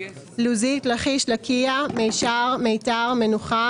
לוזית לכיש לקיה מישר מיתר מנוחה